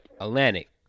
Atlantic